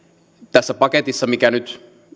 tässä paketissa minkä nyt